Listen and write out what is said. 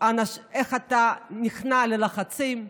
אתה נכנע ללחצים,